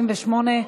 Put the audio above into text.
19),